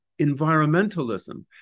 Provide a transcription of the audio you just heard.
environmentalism